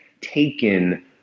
taken